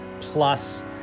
plus